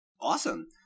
Awesome